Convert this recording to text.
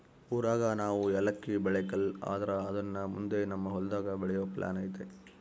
ಊರಾಗ ನಾವು ಯಾಲಕ್ಕಿ ಬೆಳೆಕಲ್ಲ ಆದ್ರ ಅದುನ್ನ ಮುಂದೆ ನಮ್ ಹೊಲದಾಗ ಬೆಳೆಯೋ ಪ್ಲಾನ್ ಐತೆ